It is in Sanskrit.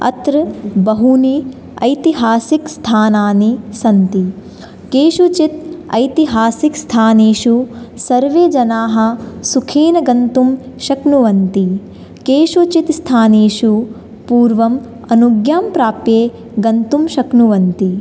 अत्र बहूनि ऐतिहासिकस्थानानि सन्ति केषुचित् ऐतिहासिकस्थानेषु सर्वे जनाः सुखेन गन्तुं शक्नुवन्ति केषुचित् स्थानेषु पूर्वम् अनुज्ञां प्राप्य गन्तुं शक्नुवन्ति